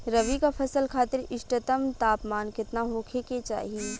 रबी क फसल खातिर इष्टतम तापमान केतना होखे के चाही?